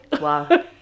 Wow